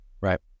Right